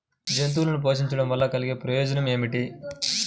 జంతువులను పోషించడం వల్ల కలిగే ప్రయోజనం ఏమిటీ?